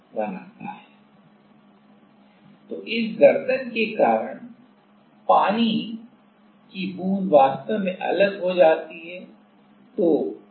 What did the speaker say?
तो इस गर्दन के कारण पानी की बूंद वास्तव में अलग हो जाती है